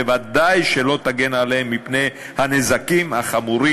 ודאי שלא תגן עליהם מפני הנזקים החמורים